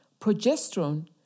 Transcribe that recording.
Progesterone